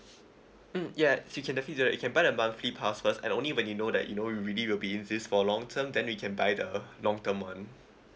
mm yes you can actually uh you can buy the monthly pass first and only when you know that you know you really will be in this for long term then you can buy the long term one